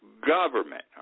government